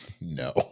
no